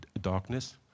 darkness